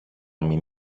μην